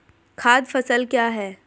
खाद्य फसल क्या है?